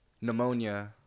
Pneumonia